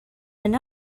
and